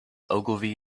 ogilvy